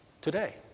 today